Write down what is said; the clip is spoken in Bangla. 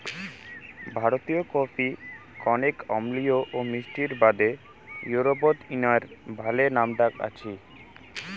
ভারতীয় কফি কণেক অম্লীয় ও মিষ্টির বাদে ইউরোপত ইঞার ভালে নামডাক আছি